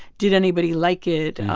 did anybody like it?